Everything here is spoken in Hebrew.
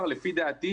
לפי דעתי,